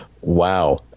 wow